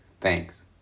Thanks